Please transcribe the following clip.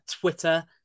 Twitter